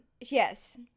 Yes